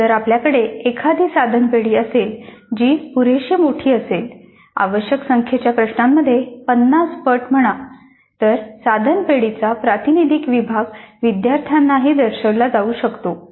जर आपल्याकडे एखादी साधन पेढी असेल जी पुरेशी मोठी असेल आवश्यक संख्येच्या प्रश्नांपेक्षा 50 पट म्हणा तर साधन पेढीेचा प्रातिनिधिक विभाग विद्यार्थ्यांनाही दर्शविला जाऊ शकतो